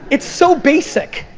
it's so basic.